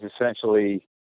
essentially